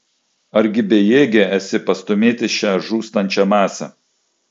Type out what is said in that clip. argi bejėgė esi pastūmėti šią žūstančią masę